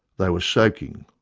they were soaking,